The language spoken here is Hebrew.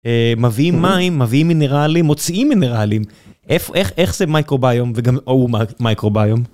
מביאים מים, מביאים מינרלים, מוציאים מינרלים. איך זה מייקרוביום וגם... או מייקרוביום.